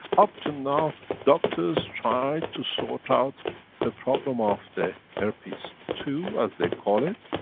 up to now, doctors tried to sort out the problem of the herpes two, as they call it.